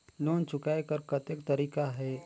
Loan चुकाय कर कतेक तरीका है?